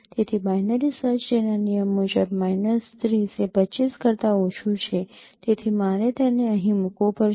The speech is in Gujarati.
તેથી બાઇનરી સર્ચ ટ્રી ના નિયમ મુજબ માઇનસ ૩૦ એ ૨૫ કરતા ઓછું છે તેથી મારે તેને અહીં મૂકવું પડશે